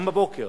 גם בבוקר,